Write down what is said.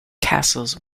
castles